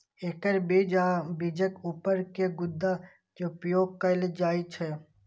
एकर बीज आ बीजक ऊपर के गुद्दा के उपयोग कैल जाइ छै